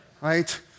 right